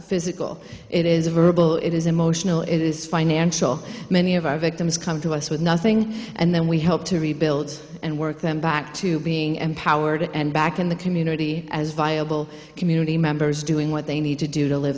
physical it is verbal it is emotional it is financial many of our victims come to us with nothing and then we help to rebuild and work them back to being empowered and back in the community as viable community members doing what they need to do to live